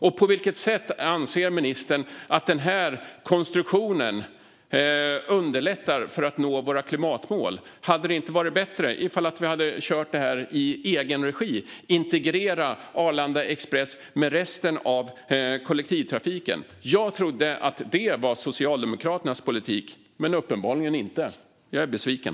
Och på vilket sätt anser ministern att den här konstruktionen underlättar för att nå våra klimatmål? Hade det inte varit bättre om vi hade kört detta i egen regi och integrerat Arlanda Express med resten av kollektivtrafiken? Jag trodde att det var Socialdemokraternas politik, men det är det uppenbarligen inte. Jag är besviken.